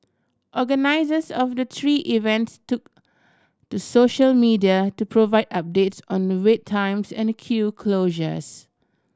organisers of the tree events took to social media to provide updates on the wait times and queue closures